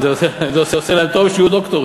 אם זה עושה להם טוב, שיהיו דוקטורים.